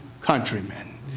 countrymen